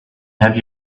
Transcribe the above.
have